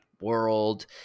world